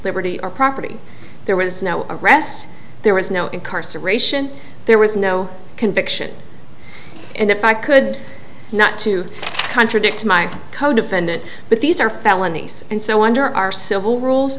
liberty or property there was no arrest there was no incarceration there was no conviction and if i could not to contradict my codefendant but these are felonies and so under our civil rules